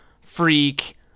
freak